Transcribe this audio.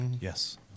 Yes